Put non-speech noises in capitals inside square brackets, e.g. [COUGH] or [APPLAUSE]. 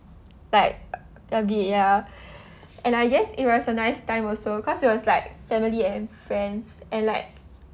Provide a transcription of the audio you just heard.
like a bit ya [BREATH] and I guess it was a nice time also cause it was like family and friends and like